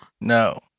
No